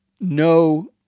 no